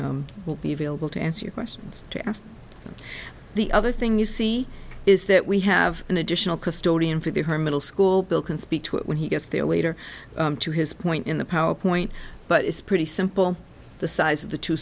will be available to answer your questions to ask the other thing you see is that we have an additional custodian for the her middle school bill can speak to when he gets there later to his point in the power point but it's pretty simple the size of the two